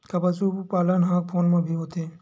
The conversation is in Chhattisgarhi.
का पशुपालन ह फोन म भी होथे?